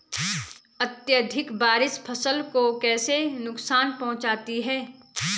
अत्यधिक बारिश फसल को कैसे नुकसान पहुंचाती है?